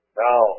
Now